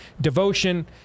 devotion